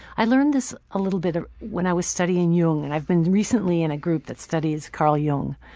i learned this a little bit ah when i was studying jung and i've been recently in a group that studies carl jung.